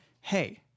hey